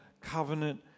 covenant